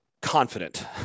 confident